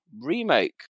Remake